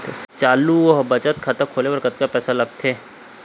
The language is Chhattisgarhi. बचत अऊ चालू खाता खोले बर कतका पैसा लगथे?